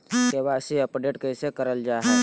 KYC update कैसे करल जाहै?